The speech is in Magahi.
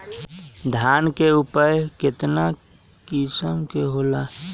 धान के उपज केतना किस्म के होला?